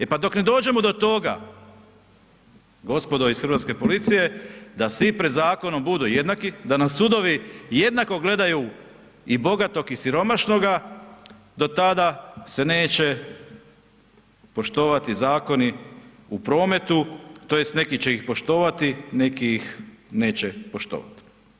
E pa dok ne dođemo do toga, gospodo iz Hrvatske policije da svi pred zakonom budu jednaki, da nam sudovi jednako gledaju i bogatoga i siromašnoga, do tada se neće poštovati zakoni u prometu, tj. neki će ih poštovati, neki ih neće poštovati.